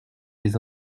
des